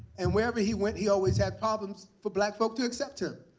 and wherever he went, he always had problems for black folk to accept him.